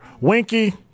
Winky